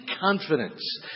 confidence